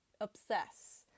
obsess